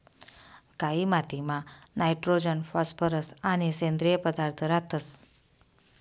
कायी मातीमा nitrogen phosphorus आणि सेंद्रिय पदार्थ रातंस